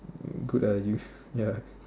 good ah you ya